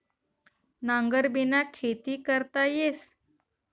नांगरबिना खेती करता येस